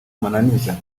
mananiza